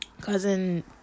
cousin